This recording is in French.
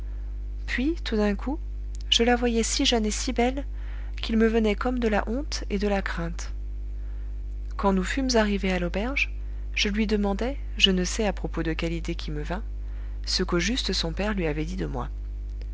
puis tout d'un coup je la voyais si jeune et si belle qu'il me venait comme de la honte et de la crainte quand nous fûmes arrivés à l'auberge je lui demandai je ne sais à propos de quelle idée qui me vint ce qu'au juste son père lui avait dit de moi